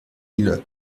mille